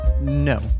No